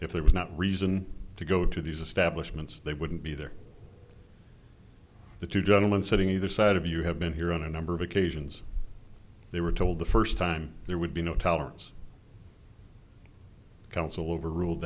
if there was not reason to go to these establishment they wouldn't be there the two gentlemen sitting either side of you have been here on a number of occasions they were told the first time there would be no tolerance council over rule